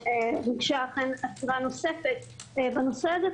הוגשה אכן עתירה נוספת בנושא הזה,